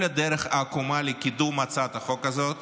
כל הדרך העקומה לקידום הצעת החוק הזאת